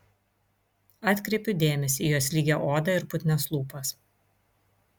atkreipiu dėmesį į jos lygią odą ir putnias lūpas